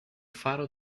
faro